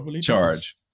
charge